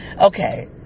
Okay